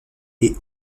est